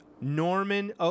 Norman